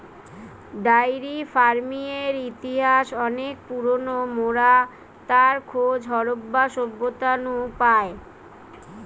diary ফার্মিংয়ের ইতিহাস অনেক পুরোনো, মোরা তার খোঁজ হারাপ্পা সভ্যতা নু পাই